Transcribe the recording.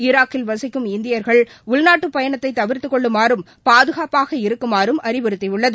ஈராக்கில் வசிக்கும் இந்தியர்கள் உள்நாட்டு பயணத்தை தவிர்த்துக் கொள்ளுமாறும் பாதுகாப்பாக இருக்குமாறும் அறிவுறுத்தியுள்ளது